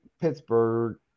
Pittsburgh